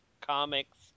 comics